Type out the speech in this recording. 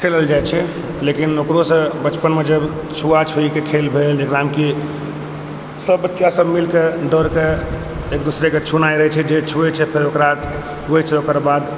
खेलल जाइ छै लेकिन ओकरोसँ बचपनमे जब छुआ छुइके खेल भेलै जकरामे कि सब बच्चा सब मिलकऽ दौड़कऽ एक दोसराके छुनाइ रहै छै जे छुअवै छै ओकरा फेर ओकर बाद